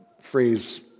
phrase